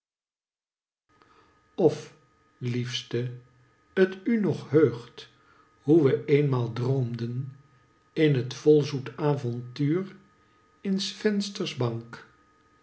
of liefste t u nog heugt hoe we eenmaal droomden in t volzoet avonduur in s vensters